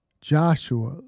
Joshua